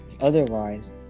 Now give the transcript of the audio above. Otherwise